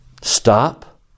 Stop